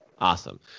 Awesome